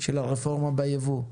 של הרפורמה בייבוא.